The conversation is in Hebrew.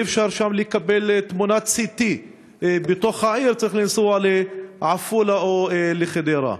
ואי-אפשר שם לקבל צילום CT בתוך העיר וצריך לנסוע לעפולה או לחדרה.